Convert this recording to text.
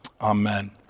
Amen